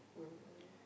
um